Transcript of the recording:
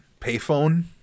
payphone